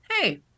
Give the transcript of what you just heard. hey